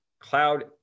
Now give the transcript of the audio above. cloud